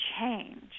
change